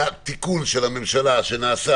היה תיקון של הממשלה שנעשה